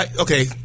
okay